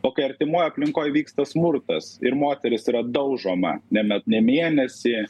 o kai artimoj aplinkoj vyksta smurtas ir moteris yra daužoma ne met ne mėnesį